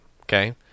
okay